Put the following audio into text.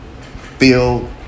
feel